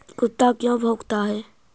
कुत्ता क्यों भौंकता है?